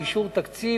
לאשר תקציב